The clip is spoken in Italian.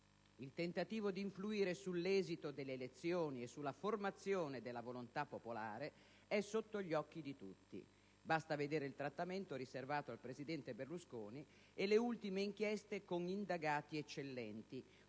Il tentativo di influire sull'esito delle elezioni e sulla formazione della volontà popolare è sotto gli occhi di tutti. Basta vedere il trattamento riservato al presidente Berlusconi e le ultime inchieste con indagati eccellenti,